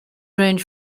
range